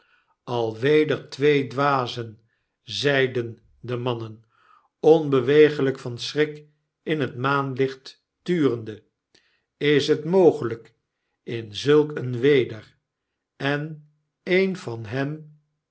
geblaf alweder twee dwazen zeiden de mannen onbeweegljjk van schrik inhetmaanlichtturende is het mogelijk in zulk een weder en een van hem